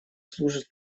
служит